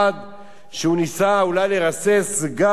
שניסה אולי לרסס גז מדמיע,